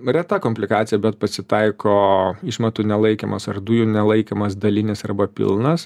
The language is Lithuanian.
reta komplikacija bet pasitaiko išmatų nelaikymas ar dujų nelaikymas dalinis arba pilnas